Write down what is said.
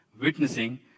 witnessing